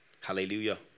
Hallelujah